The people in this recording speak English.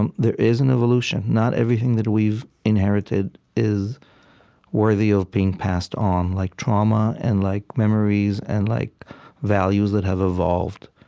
um there is an evolution. not everything that we've inherited is worthy of being passed on, like trauma and like memories and like values that have evolved.